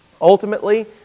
ultimately